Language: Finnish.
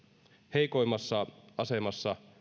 heikoimmassa asemassa